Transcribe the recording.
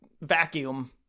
vacuum